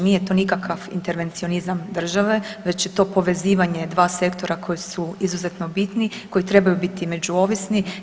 Nije to nikakav intervencionizam države već je to povezivanje i dva sektora koji su izuzetno bitni, koji trebaju biti međuovisni.